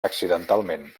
accidentalment